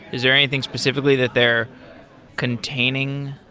is there anything specifically that they're containing?